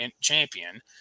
Champion